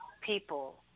people